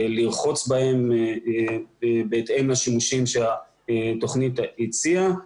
לרחוץ בהם בהתאם לשימושים שהתוכני הציעה.